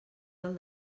del